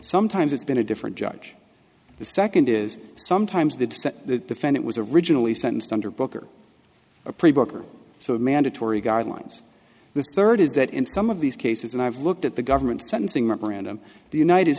sometimes it's been a different judge the second is sometimes the dissent the defendant was originally sentenced under booker a pre book or so of mandatory guidelines the third is that in some of these cases and i've looked at the government sentencing memorandum the united